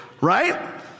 right